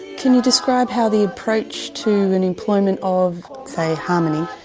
can you describe how the approach to an employment of say harmony,